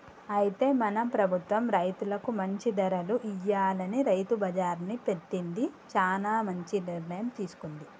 అయితే మన ప్రభుత్వం రైతులకు మంచి ధరలు ఇయ్యాలని రైతు బజార్ని పెట్టింది చానా మంచి నిర్ణయం తీసుకుంది